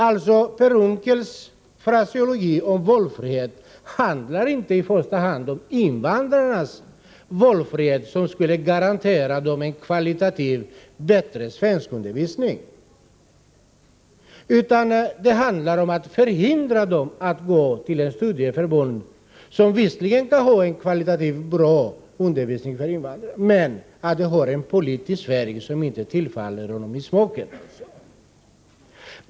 Per Unckels fraseologi i fråga om valfrihet handlar inte i första hand om invandrarnas valfrihet, som skulle garantera dem en kvalitativt bättre svenskundervisning, utan det handlar om att förhindra dem att gå till ett studieförbund som visserligen kan ha en kvalitativt bra undervisning för invandrare men som har en politisk färg som inte faller Per Unckel i smaken.